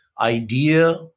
idea